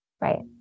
Right